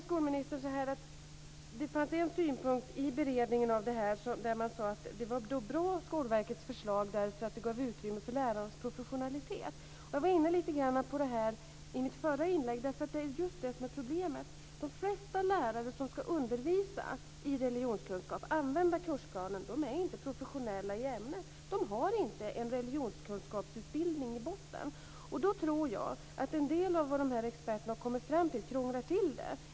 Skolministern säger nu att i beredningen av det här fanns synpunkten att Skolverkets förslag var bra därför att det ger utrymme för lärarnas professionalitet. Jag var lite grann inne på detta i mitt förra inlägg. Det är just här som vi har problemet. De flesta lärare som ska undervisa i religionskunskap och använda kursplanen är inte professionella i ämnet - de har inte en religionskunskapsutbildning i botten. Jag tror att en del av vad experterna här har kommit fram till krånglar till det hela.